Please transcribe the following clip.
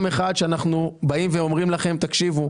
אחד שאנחנו באים ואומרים לכם: תקשיבו,